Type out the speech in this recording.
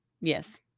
Yes